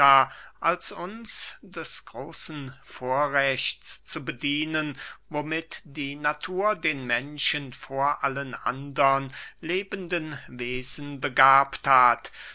als uns des großen vorrechts zu bedienen womit die natur den menschen vor allen andern lebenden wesen begabt hat